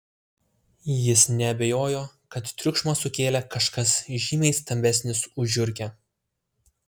jis neabejojo kad triukšmą sukėlė kažkas žymiai stambesnis už žiurkę